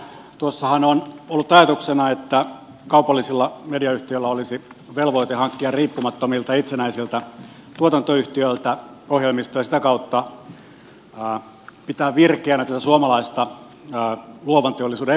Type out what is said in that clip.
tuossahan on ollut ajatuksena että kaupallisilla mediayhtiöillä olisi velvoite hankkia riippumattomilta itsenäisiltä tuotantoyhtiöiltä ohjelmistoa ja sitä kautta pitää virkeänä tätä suomalaista luovan teollisuuden ekosysteemiä